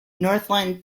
northland